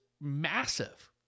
massive